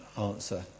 answer